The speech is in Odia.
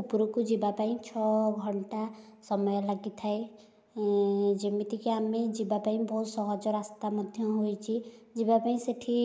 ଉପରକୁ ଯିବା ପାଇଁ ଛଅ ଘଣ୍ଟା ସମୟ ଲାଗିଥାଏ ଯେମିତିକି ଆମେ ଯିବା ପାଇଁ ବହୁତ ସହଜ ରାସ୍ତା ମଧ୍ୟ ହୋଇଛି ଯିବା ପାଇଁ ସେଇଠି